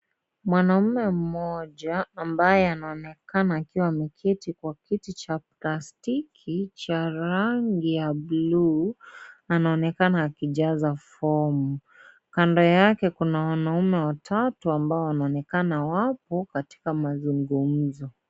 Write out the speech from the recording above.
Mwanaume mmoja, ambaye anaonekana akiwa ameketi kwa kiti cha plastiki cha rangi ya blue .Anaonekana akijaza fomu. Kando yake kuna wanaume watatu ambao wanaonekana wapo katika mazungumzo.